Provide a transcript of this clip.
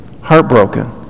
Heartbroken